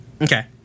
Okay